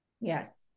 Yes